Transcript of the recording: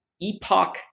Epoch